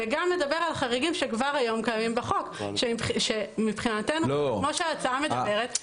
וגם מדבר על חריגים שכבר היום קיימים בחוק שמבחינתנו כמו שההצעה מדברת,